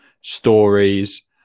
stories